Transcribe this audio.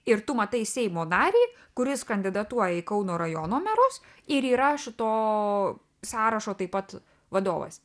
ir tu matai seimo narį kuris kandidatuoja į kauno rajono merus ir yra šito sąrašo taip pat vadovas